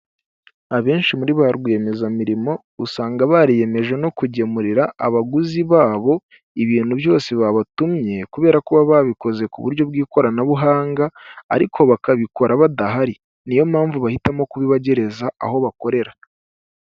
Abenshi muri ba rwiyemezamirimo, usanga bariyemeje no kugemurira abaguzi babo ibintu byose, babatumye kubera ko baba babikoze ku buryo bw'ikoranabuhanga, ariko bakabikora badahari, niyo mpamvu bahitamo kubibagereza aho bakorera.